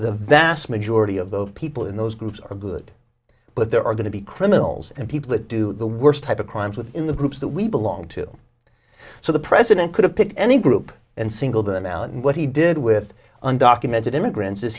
the vast majority of those people in those groups are good but there are going to be criminals and people that do the worst type of crimes within the groups that we belong to so the president could have picked any group and single them out and what he did with undocumented immigrants